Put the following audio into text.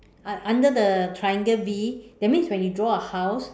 un~ under the triangle V that means when you draw a house